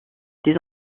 des